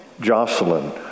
Jocelyn